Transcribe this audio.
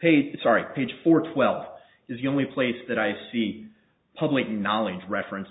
page sorry page four twelve is the only place that i see public knowledge reference